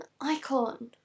icon